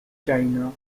china